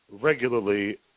regularly